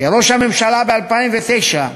כראש הממשלה ב-2009,